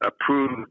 approved